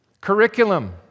Curriculum